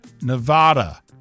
Nevada